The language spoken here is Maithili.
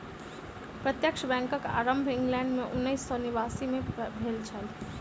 प्रत्यक्ष बैंकक आरम्भ इंग्लैंड मे उन्नैस सौ नवासी मे भेल छल